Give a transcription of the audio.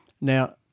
Now